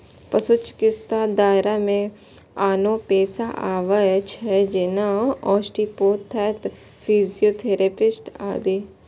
पशु चिकित्साक दायरा मे आनो पेशा आबै छै, जेना आस्टियोपैथ, फिजियोथेरेपिस्ट आदि